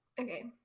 Okay